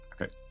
Okay